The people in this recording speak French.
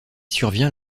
survient